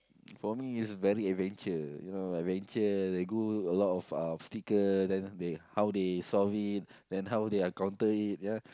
for me is very adventure you know adventure they go a lot of uh obstacle then they how they solve it and how they encounter it ya